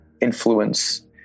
influence